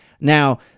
Now